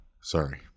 Sorry